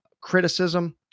criticism